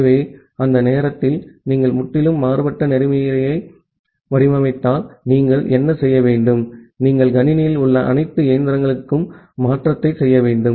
ஆகவே அந்த நேரத்தில் நீங்கள் முற்றிலும் மாறுபட்ட புரோட்டோகால்யை வடிவமைத்தால் நீங்கள் என்ன செய்ய வேண்டும் நீங்கள் கணினியில் உள்ள அனைத்து இயந்திரங்களுக்கும் மாற்றத்தை செய்ய வேண்டும்